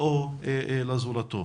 או לזולתו.